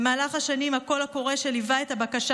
במהלך השנים הקול הקורא שליווה את הבקשה